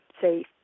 say